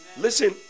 listen